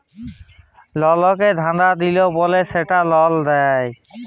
লককে ধকা দিল্যে বল্যে সেটকে লল দেঁয়